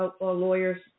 lawyers